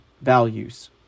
values